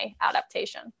adaptation